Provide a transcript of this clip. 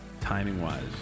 Timing-wise